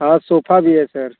हाँ सोफ़ा भी है सर